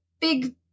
big